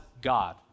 God